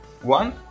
one